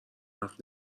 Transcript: حرف